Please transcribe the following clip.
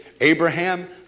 Abraham